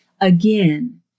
Again